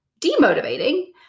demotivating